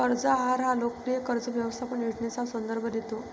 कर्ज आहार हा लोकप्रिय कर्ज व्यवस्थापन योजनेचा संदर्भ देतो